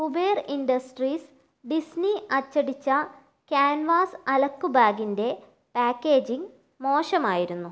Kuber industries Disney അച്ചടിച്ച canvas അലക്കു ബാഗിൻ്റെ പാക്കേജിംഗ് മോശമായിരുന്നു